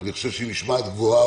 אני חושב שהיא משמעת גבוהה,